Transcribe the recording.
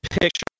picture